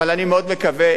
אבל אני מאוד מקווה,